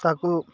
ତାକୁ